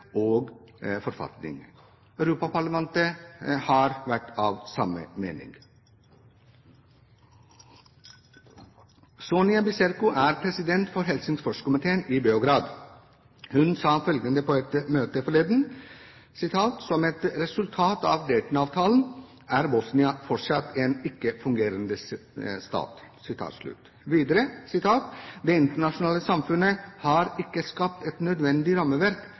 og forfatning. Europaparlamentet har vært av samme mening. Sonja Biserko er president for Helsingforskomiteen i Beograd. Hun sa følgende på et møte forleden: Som et resultat av Dayton-avtalen er Bosnia fortsatt en ikke-fungerende stat. Videre: Det internasjonale samfunnet har ikke skapt et nødvendig rammeverk